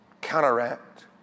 counteract